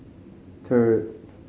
third